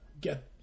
get